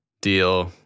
deal